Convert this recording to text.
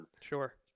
Sure